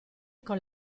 con